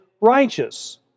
righteous